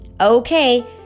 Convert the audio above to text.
Okay